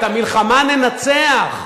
את המלחמה ננצח.